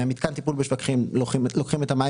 ממתקן טיפול בשפכים לוקחים את המים